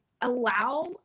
allow